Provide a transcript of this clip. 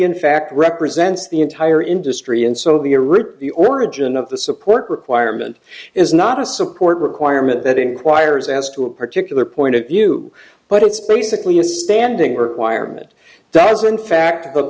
in fact represents the entire industry and so the a route the origin of the support requirement is not a support requirement that inquires as to a particular point of view but it's basically a standing requirement doesn't fact